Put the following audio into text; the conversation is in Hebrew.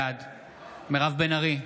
בעד מירב בן ארי,